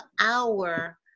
hour